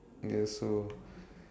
yes so